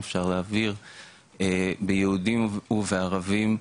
ביהודים ובערבים.